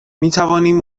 میتوانیم